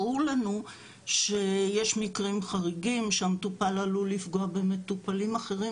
ברור לנו שיש מקרים חריגים שהמטופל עלול לפגוע במטופלים אחרים,